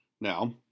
Now